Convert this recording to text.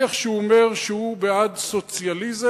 נניח שהוא אומר שהוא בעד סוציאליזם,